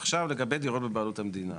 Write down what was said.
עכשיו, לגבי דירות בבעלות המדינה.